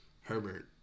Herbert